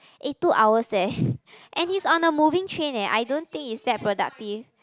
eh two hours eh and he's on the moving train eh I don't think it's that productive